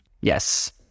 Yes